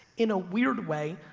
in a weird way,